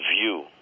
view